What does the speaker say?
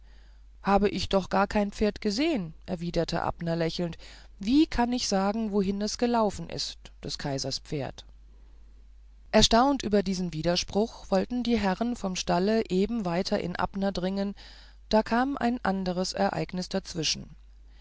habe ich doch gar kein pferd gesehen erwiderte abner lächelnd wie kann ich sagen wohin es gelaufen ist des kaisers pferd erstaunt über diesen widerspruch wollten die herren vom stalle eben weiter in abner dringen da kam ein anderes ereignis dazwischen